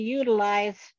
utilize